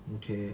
okay